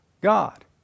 God